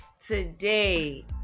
Today